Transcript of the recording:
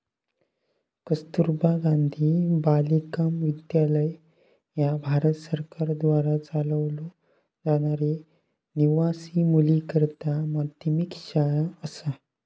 कस्तुरबा गांधी बालिका विद्यालय ह्या भारत सरकारद्वारा चालवलो जाणारी निवासी मुलींकरता माध्यमिक शाळा असा